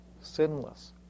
sinless